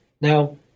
Now